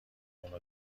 اونو